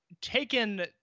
taken